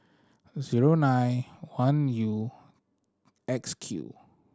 zero nine one U X Q